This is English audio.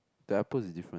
that I put is different